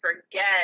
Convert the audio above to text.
forget